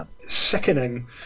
sickening